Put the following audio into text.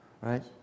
right